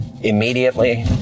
immediately